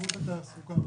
(היו"ר אלכס קושניר).